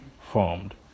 formed